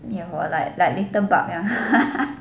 灭火 right like little bug ah